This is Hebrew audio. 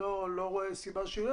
אני לא רואה סיבה שלא,